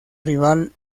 rival